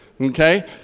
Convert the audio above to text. okay